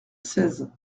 seize